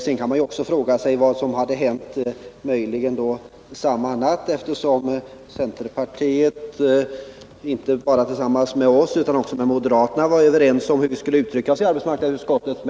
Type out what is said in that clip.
Man kan också möjligen fråga sig vad som hände samma natt, eftersom centerpartiet inte bara med oss utan också med moderaterna var överens om hur vi skulle uttrycka oss i arbetsmarknadsutskottet.